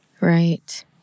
Right